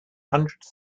hundred